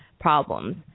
problems